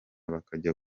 bakajya